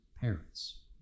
parents